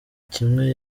kimwe